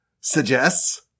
suggests